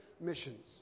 missions